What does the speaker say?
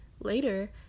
Later